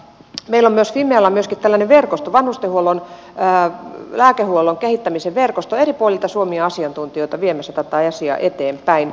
meillä on fimealla myöskin tällainen verkosto vanhustenhuollon lääkehuollon kehittämisen verkosto eri puolilta suomea asiantuntijoita viemässä tätä asiaa eteenpäin